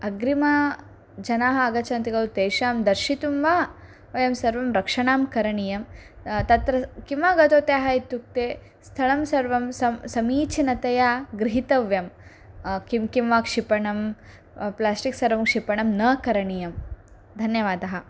अग्रिमजनाः आगच्छन्ति खलु तेषां दर्शितुं वा वयं सर्वं रक्षणां करणीयं तत्र किम् आगतवत्याः इत्युक्ते स्थलं सर्वं सम् समीचीनतया गृहीतव्यं किं किं वा क्षिपणं प्लास्टिक् सर्वं क्षिपणं न करणीयं धन्यवादः